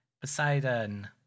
Poseidon